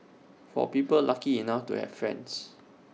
for people lucky enough to have friends